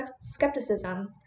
skepticism